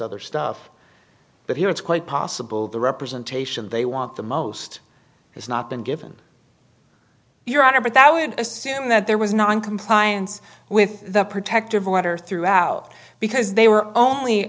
other stuff but here it's quite possible the representation they want the most has not been given your honor but that would assume that there was non compliance with the protective letter throughout because they were only